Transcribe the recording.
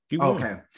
Okay